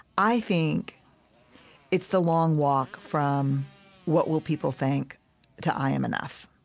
i think it's the long walk from what will people think to i am enough.